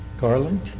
Garland